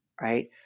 Right